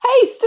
Hey